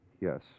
yes